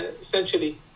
essentially